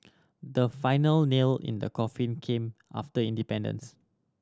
the final nail in the coffin came after independence